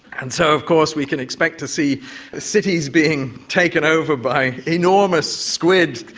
and so of course we can expect to see cities being taken over by enormous squid